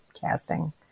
casting